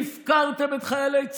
הפקרתם את חיילי צה"ל,